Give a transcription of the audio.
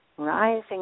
rising